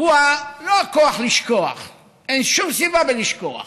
הוא לא הכוח לשכוח, אין שום סיבה לשכוח,